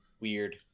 weird